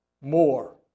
more